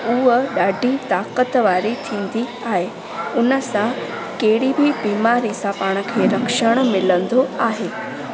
उहा ॾाढी ताक़त वारी थींदी आहे उन सां कहिड़ी बि बीमारी सां पाण खे रक्षणु मिलंदो आहे